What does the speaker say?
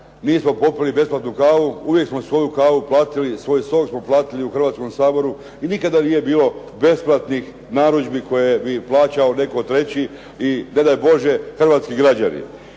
nismo popili besplatnu kavu, uvijek smo svoju kavu platili i svoj sok smo platili u Hrvatskom saboru i nikada nije bilo besplatnih narudžbi koje bi plaćao netko treći i ne daj Bože hrvatski građani.